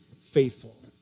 faithful